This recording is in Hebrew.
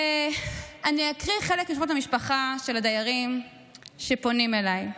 אקריא חלק משמות המשפחה של הדיירים שפונים אליי: